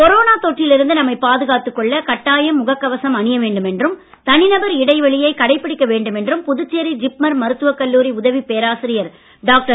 corona தொற்றில் இருந்து நம்மை பாதுகாத்துக் கொள்ள கட்டாயம் முகக் கவசம் அணியவேண்டும் என்றும் தனிநபர் இடைவெளியை கடைபிடிக்க வேண்டும் என்றும் புதுச்சேரி ஜிப்மர் மருத்துவக் கல்லூரி உதவிப் பேராசிரியர் டாக்டர்